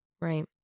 Right